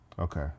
Okay